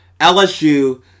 LSU